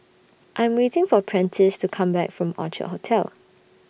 I'm waiting For Prentice to Come Back from Orchard Hotel